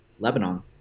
Lebanon